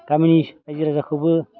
गामिनि रायजो राजाखौबो